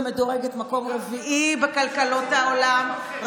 שמדורגת במקום הרביעי בכלכלות העולם.